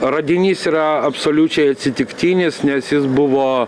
radinys yra absoliučiai atsitiktinis nes jis buvo